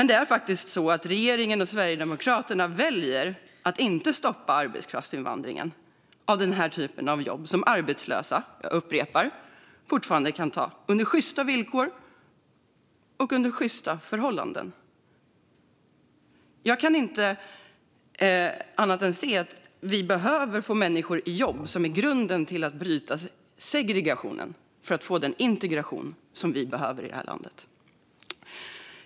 Det är faktiskt så att regeringen och Sverigedemokraterna väljer att inte stoppa arbetskraftsinvandringen till den typ av jobb som arbetslösa - jag upprepar detta - fortfarande kan ta, till sjysta villkor och under sjysta förhållanden. Jag kan inte se annat än att vi behöver få människor i jobb. Det är det som är grunden för att bryta segregationen för att få den integration vi behöver i det här landet.